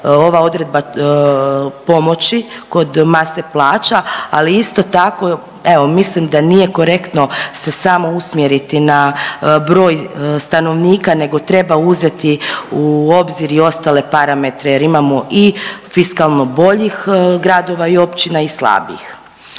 ova odredba pomoći kod mase plaća, ali isto tako evo mislim da nije korektno se samo usmjeriti na broj stanovnika nego treba uzeti u obzir i ostale parametre jer imamo i fiskalno boljih gradova i općina i slabijih.